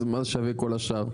אז מה שווה כל השאר?